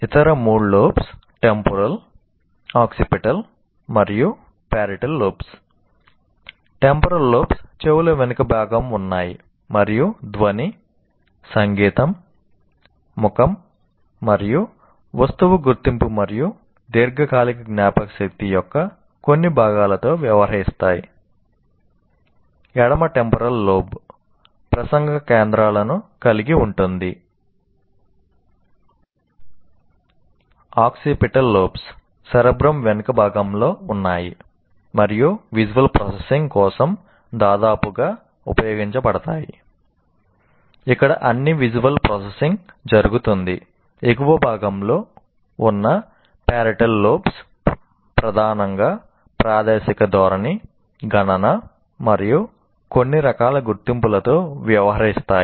ఇతర మూడు lobes temporal ప్రధానంగా ప్రాదేశిక ధోరణి గణన మరియు కొన్ని రకాల గుర్తింపులతో వ్యవహరిస్తాయి